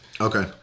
Okay